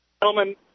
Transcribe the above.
Gentlemen